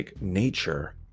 nature